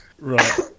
Right